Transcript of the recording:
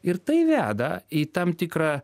ir tai veda į tam tikrą